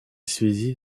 связи